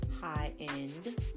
high-end